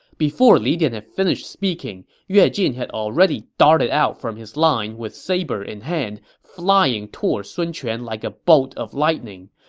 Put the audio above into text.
before li dian had finished speaking, yue jin had already darted out from his line with saber in hand, flying toward sun quan like a bolt of lightning.